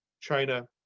China